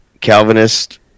Calvinist